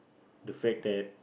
the fact that